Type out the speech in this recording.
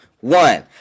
One